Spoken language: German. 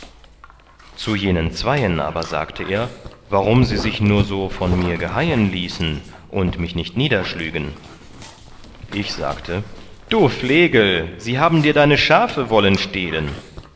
zu jenen zweien aber sagte er warum sie sich nur so von mir geheien ließen und mich nicht niederschlügen ich sagte du flegel sie haben dir deine schafe wollen stehlen